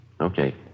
Okay